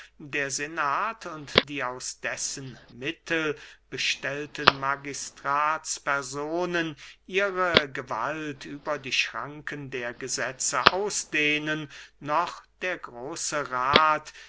der senat und die aus dessen mittel bestellten magistratspersonen ihre gewalt über die schranken der gesetze ausdehnen noch der große rath